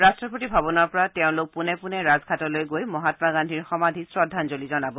ৰাট্ৰপতি ভৱনৰ পৰা তেওঁলোক পোনে পোনে ৰাজঘাটলৈ গৈ মহামা গান্ধীৰ সমাধিত শ্ৰদ্ধাঞ্জলি জনাব